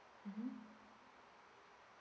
mmhmm